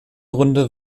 runde